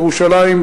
ירושלים,